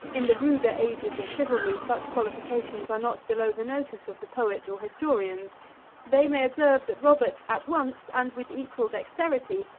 in the ruder ages of chivalry, such qualifications are not below the notice of the poet or historians they may observe that robert, at once, and with equal dexterity,